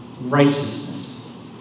Righteousness